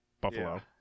Buffalo